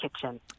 kitchen